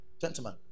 gentlemen